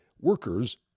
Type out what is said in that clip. workers